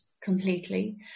completely